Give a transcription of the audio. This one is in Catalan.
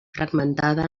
fragmentada